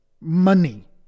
money